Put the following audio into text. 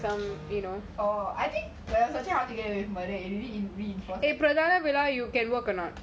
oh I think when I was watching how to get away with murder it really is important